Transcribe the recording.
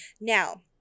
Now